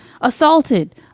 assaulted